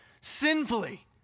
sinfully